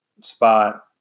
spot